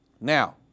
now